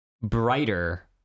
brighter